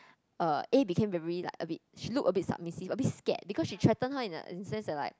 uh A became very like a bit she looked a bit submissive a bit scare because she threatens her in the in sense that like